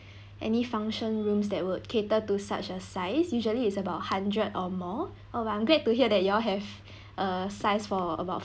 any function rooms that would cater to such a size usually is about a hundred or more oh but I'm glad to hear that you all have a size for about